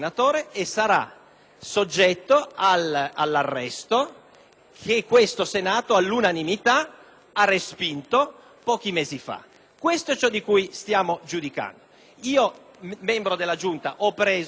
questo Senato all'unanimità ha respinto pochi mesi fa. Questo è quello che stiamo giudicando. Io, membro della Giunta, ho partecipato alle votazioni. Ricordo che la votazione non ha avuto